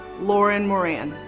lauren moran.